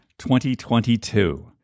2022